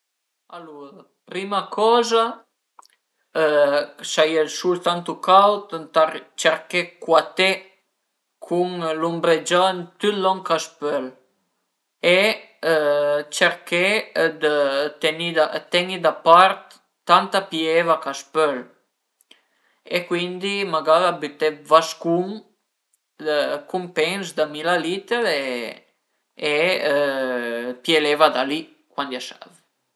Alura prima coza s'a ie ël sul tantu caud ëntà cerché d'cuaté cun l'umbregiant tüt lon ch'a s'pöl e cerché dë teni teni da part tanta pi eva ch'a s'pöl e cuindi magara büté d'vascun cun pes da mila liter e pìé l'eva da li cuandi a serv